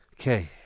Okay